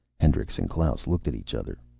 hendricks and klaus looked at each other.